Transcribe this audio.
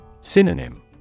Synonym